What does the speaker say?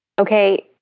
okay